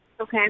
Okay